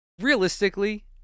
Realistically